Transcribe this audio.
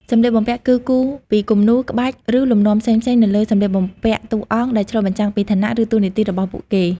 សម្លៀកបំពាក់គឺ គូរពីគំនូរ ក្បាច់ ឬលំនាំផ្សេងៗនៅលើសម្លៀកបំពាក់តួអង្គ ដែលឆ្លុះបញ្ចាំងពីឋានៈ ឬតួនាទីរបស់ពួកគេ។